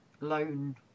loan